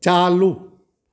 चालू